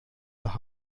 nach